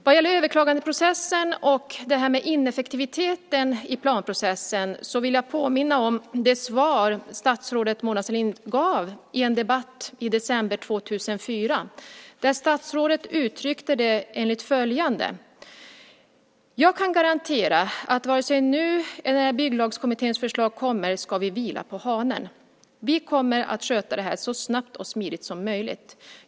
Vad gäller överklagandeprocessen och ineffektiviteten i planprocessen vill jag påminna om det svar statsrådet Mona Sahlin gav i en debatt i december 2004 där statsrådet uttryckte det enligt följande: Jag kan garantera att vare sig nu eller när Bygglagskommitténs förslag kommer ska vi vila på hanen. Vi kommer att sköta det här så snabbt och smidigt som möjligt.